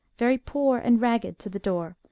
very poor and ragged, to the door,